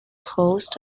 host